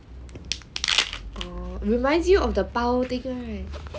reminds me of the 包 thing right